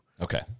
Okay